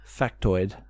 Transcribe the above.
factoid